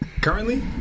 Currently